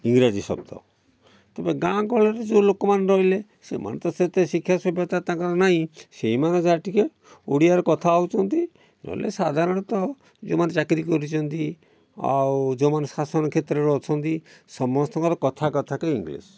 ଇଂରାଜୀ ଶବ୍ଦ କିମ୍ବା ଗାଁ ଗହଳିରେ ଯେଉଁ ଲୋକମାନେ ରହିଲେ ସେମାନେ ତ ସେତେ ଶିକ୍ଷା ସଭ୍ୟତା ତାଙ୍କର ନାଇଁ ସେହିମାନେ ଯାହା ଟିକେ ଓଡ଼ିଆରେ କଥା ହେଉଛନ୍ତି ନହେଲେ ସାଧାରଣତଃ ଯେଉଁମାନେ ଚାକିରୀ କରିଛନ୍ତି ଆଉ ଯେଉଁମାନେ ଶାସନ କ୍ଷେତ୍ରରେ ଅଛନ୍ତି ସମସ୍ତଙ୍କର କଥା କଥାକେ ଇଂଲିଶ